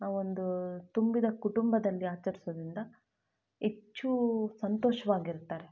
ಆ ಒಂದು ತುಂಬಿದ ಕುಟುಂಬದಲ್ಲಿ ಆಚರಿಸೋದ್ರಿಂದ ಹೆಚ್ಚು ಸಂತೋಷವಾಗಿರ್ತಾರೆ